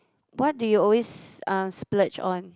what do you always uh splurge on